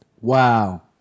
Wow